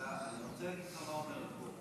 אני רוצה להגיד לך מה אומר החוק.